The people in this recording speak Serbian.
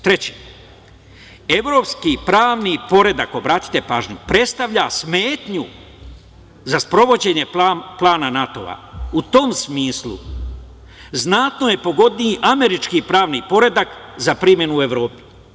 Treće, evropski pravni poredak, obratite pažnju, predstavlja smetnju za sprovođenje plana NATO, i u tom smislu, znatno je pogodniji američki pravni poredak, za primenu u Evropi.